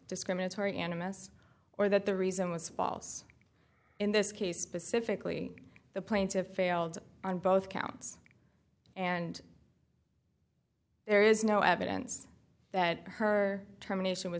discriminatory animus or that the reason was false in this case specifically the plaintiffs failed on both counts and there is no evidence that her terminator was